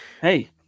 Hey